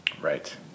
right